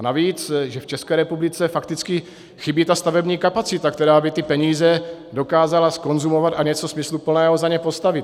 Navíc, že v České republice fakticky chybí stavební kapacita, která by ty peníze dokázala zkonzumovat a něco smysluplného za ně postavit.